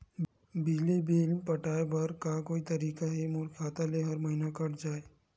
बिजली बिल पटाय बर का कोई तरीका हे मोर खाता ले हर महीना कट जाय?